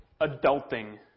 adulting